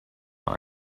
not